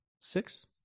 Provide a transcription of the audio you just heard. six